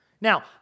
Now